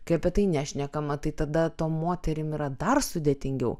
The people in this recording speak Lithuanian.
kai apie tai nešnekama tai tada tom moterim yra dar sudėtingiau